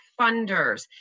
funders